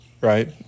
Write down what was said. right